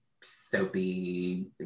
soapy